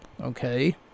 okay